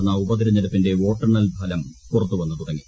നടന്ന ഉപതെരഞ്ഞെടുപ്പിന്റെ ്യ്യോട്ടെണ്ണൽ ഫലം പുറത്തു വന്നു തുടങ്ങി